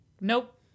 Nope